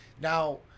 Now